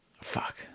Fuck